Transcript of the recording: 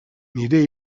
nire